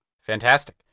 Fantastic